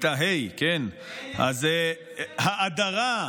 בכיתה ה' אז האדרה,